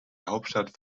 hauptstadt